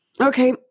Okay